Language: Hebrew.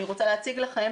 אני רוצה להציג לכם